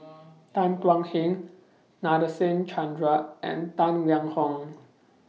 Tan Thuan Heng Nadasen Chandra and Tang Liang Hong